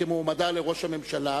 כמועמדה לראש הממשלה,